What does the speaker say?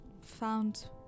found